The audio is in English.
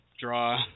Draw